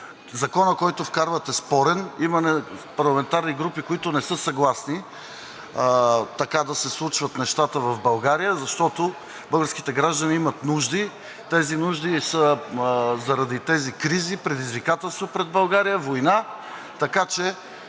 Законът, който вкарват, е спорен. Има парламентарни групи, които не са съгласни така да се случват нещата в България, защото българските граждани имат нужди, тези нужди са заради кризи, предизвикателства пред България, война.